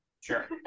sure